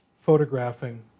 photographing